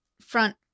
front